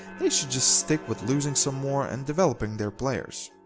they should just stick with losing some more and developing their players.